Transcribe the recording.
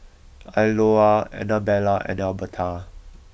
Iola Anabella and Elberta